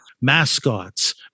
Mascots